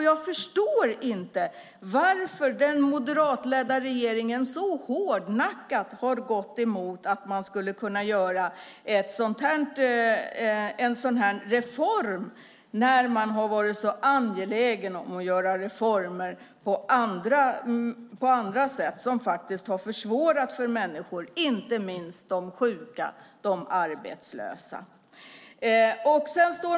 Jag förstår inte varför den moderatledda regeringen så hårdnackat har gått emot en sådan här reform när man har varit så angelägen om att göra reformer på andra sätt som faktiskt har försvårat för människor, inte minst de sjuka och arbetslösa.